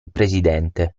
presidente